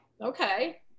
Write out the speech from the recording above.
Okay